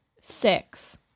Six